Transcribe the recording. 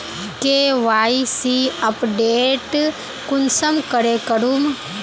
KYC update कुंसम करे करूम?